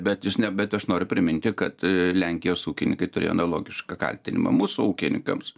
bet jūs ne bet aš noriu priminti kad lenkijos ūkininkai turi analogišką kaltinimą mūsų ūkininkams